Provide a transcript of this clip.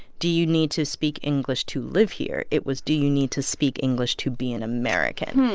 do you need to speak english to live here? it was, do you need to speak english to be an american?